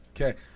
okay